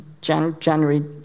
January